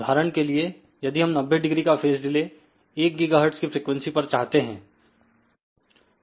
उदाहरण के लिए यदि हम 90 डिग्री का फेज डिले 1 गीगाहर्टज की फ्रीक्वेंसी पर चाहते हैं